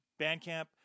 Bandcamp